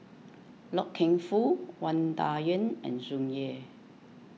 Loy Keng Foo Wang Dayuan and Tsung Yeh